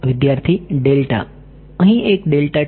વિદ્યાર્થી ડેલ્ટા